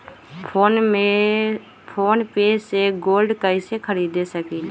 Phone पे से gold कईसे खरीद सकीले?